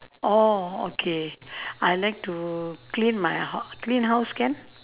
oh okay I like to clean my h~ clean house can